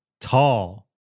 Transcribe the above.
Tall